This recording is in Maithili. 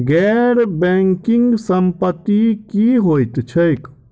गैर बैंकिंग संपति की होइत छैक?